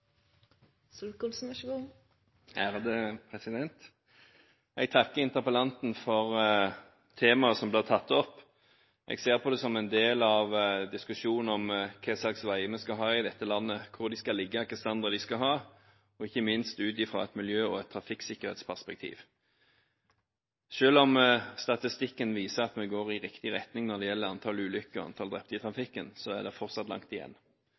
Jeg takker interpellanten for å ha tatt opp dette temaet. Jeg ser på det som en del av diskusjonen om hva slags veier vi skal ha i dette landet, hvor de skal ligge, hvilken standard de skal ha – ikke minst ut fra et miljø- og trafikksikkerhetsperspektiv. Selv om statistikken viser at vi går i riktig retning når det gjelder antall ulykker og antall drepte i trafikken, er det fortsatt langt igjen.